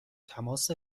تماس